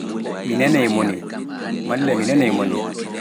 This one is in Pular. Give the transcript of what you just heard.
Mi nanay mone, malla mi nanay mone.